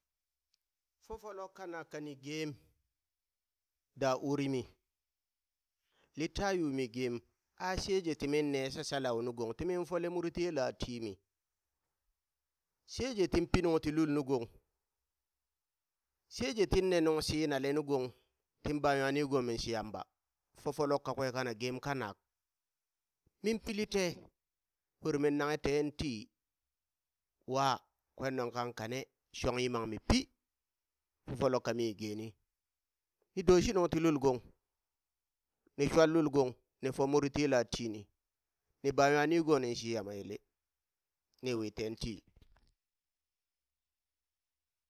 Fofolok kanak kani geem, da uri mi, lita yumi gem, a sheje timin ne shashalau nu gong, timin fole muri ti yela timi, sheje tin pii nung ti lul nu gong, sheje tin ne nung shinele nu gong, tin ba nwa nigo min shi yamba, fofolok kakwe kana gem kanak, min pili tee, uri min nanghe teen tii, wa kwen nung kan kane shong yimam mi pi, fololok kami geni ni doshi nung ti lul gong, ni shwan lul gong, ni fo muri ti yela tini, ni ba nwa nigoni shi yama yele, ni wi teen tii.